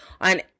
on